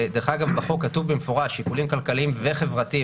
ודרך אגב בחוק כתוב במפורש "שיקולים כלכליים וחברתיים",